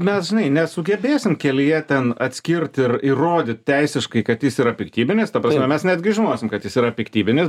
mes nesugebėsim kelyje ten atskirt ir įrodyt teisiškai kad jis yra piktybinis ta prasme mes netgi žinosim kad jis yra piktybinis